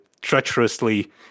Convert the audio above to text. treacherously